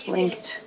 Linked